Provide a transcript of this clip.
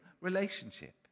relationship